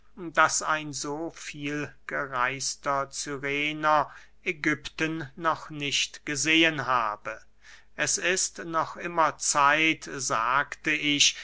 daß ein so viel gereister cyrener ägypten noch nicht gesehen habe es ist noch immer zeit sagte ich